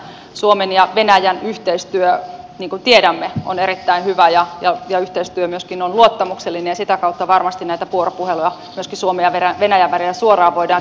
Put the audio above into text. suomen ja venäjän yhteistyö niin kuin tiedämme on erittäin hyvä ja yhteistyö myöskin on luottamuksellinen ja sitä kautta varmasti näitä vuoropuheluja myöskin suomen ja venäjän välillä suoraan voidaan käydä